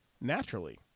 naturally